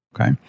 Okay